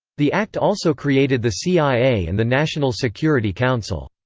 the act also created the cia and the national security council.